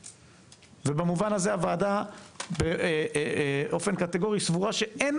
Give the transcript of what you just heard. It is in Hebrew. ובמובן הזה הוועדה באופן קטגורי סבורה שאין